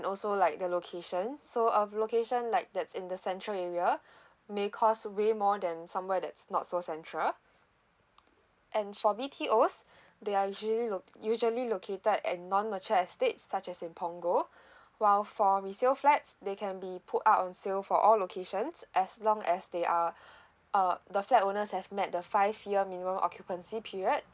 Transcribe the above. also like the location so of location like that's in the central area may cost way more than somewhere that's not so central and for B_T_Os they are usually lo~ usually located at non mature estates such as in punggol while for resale flats they can be put up on sale for all locations as long as they are uh the flat owners have met the five year minimum occupancy period